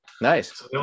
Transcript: Nice